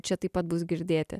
čia taip pat bus girdėti